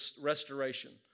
restoration